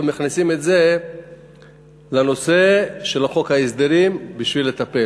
ומכניסים את זה לחוק ההסדרים בשביל לטפל.